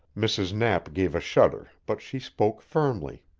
mrs. knapp gave a shudder, but she spoke firmly.